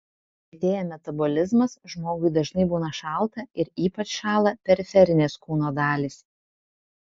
lėtėja metabolizmas žmogui dažnai būna šalta ir ypač šąla periferinės kūno dalys